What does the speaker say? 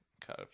cut